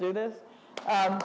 do this and